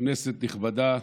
כנסת נכבדה,